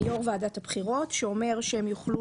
ליושב-ראש ועדת הבחירות שאומר שהם יוכלו